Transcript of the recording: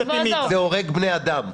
זה הורג בני אדם.